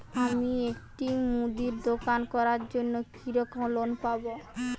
আমি একটি মুদির দোকান করার জন্য কি রকম লোন পাব?